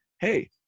Hey